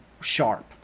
sharp